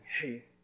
hey